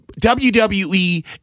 WWE